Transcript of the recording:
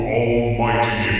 almighty